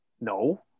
no